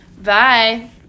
Bye